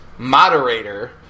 Moderator